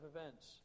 events